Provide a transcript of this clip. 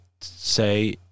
say